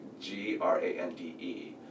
G-R-A-N-D-E